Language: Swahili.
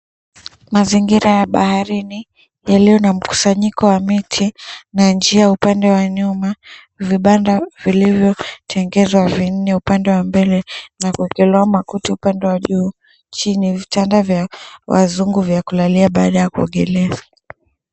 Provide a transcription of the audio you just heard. Mazingira ya baharini yaliyo na mkusanyiko wa miti na njia upande wa nyuma. Vibanda vilivyo tengezwa vinne upende wa mbele na kuwekelewa makuti upande wa juu. Chini vitanda vya wazungu vya kulalia baada ya kuogelea.